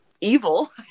evil